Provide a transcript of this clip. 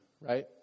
right